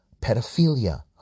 pedophilia